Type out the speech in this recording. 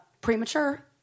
premature